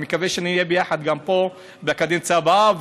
אני מקווה שנהיה פה ביחד גם בקדנציה הבאה,